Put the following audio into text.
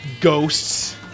ghosts